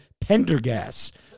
Pendergast